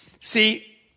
See